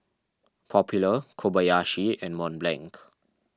Popular Kobayashi and Mont Blanc